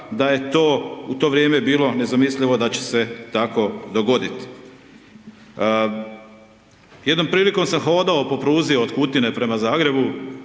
da je to u to vrijeme bilo nezamislivo da će se tako dogoditi. Jednom prilikom sam hodao po pruzi od Kutine prema Zagrebu,